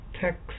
text